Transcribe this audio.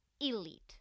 elite